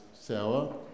sour